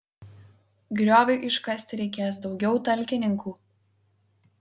grioviui iškasti reikės daugiau talkininkų